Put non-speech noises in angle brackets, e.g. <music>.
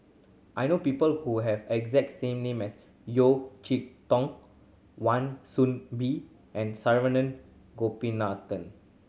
I know people who have exact same name as Yeo <unintelligible> Tong Wan Soon Bee and Saravanan Gopinathan